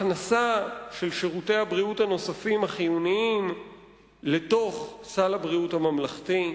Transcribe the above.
הכנסת שירותי הבריאות הנוספים החיוניים לסל הבריאות הממלכתי,